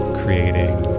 creating